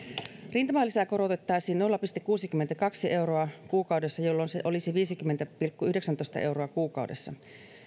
rintamalisää korotettaisiin nolla pilkku kuusikymmentäkaksi euroa kuukaudessa jolloin se olisi viisikymmentä pilkku yhdeksäntoista euroa kuukaudessa